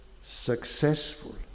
successful